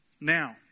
Now